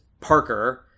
Parker